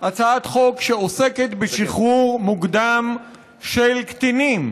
הצעת חוק שעוסקת בשחרור מוקדם של קטינים,